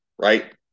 right